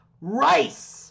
rice